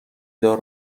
دار